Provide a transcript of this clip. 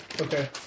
okay